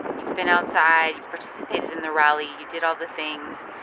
you've been outside. you've participated in the rally. you did all the things.